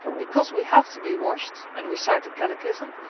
because we have to be washed, and recite the catechism,